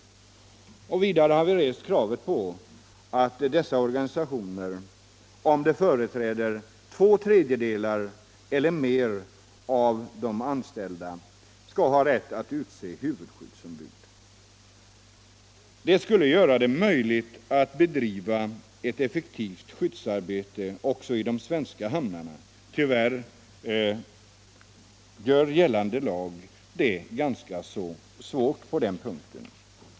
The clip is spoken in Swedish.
Vidare har vi rest krav på att dessa organisationer, om de företräder två tredjedelar eller mer av de anställda, skall ha rätt att utse huvudskyddsombud. Det skulle göra det möjligt att bedriva ett effektivt skyddsarbete också i de svenska hamnarna. Tyvärr gör gällande lag det ganska svårt på den punkten.